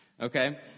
okay